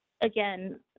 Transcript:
again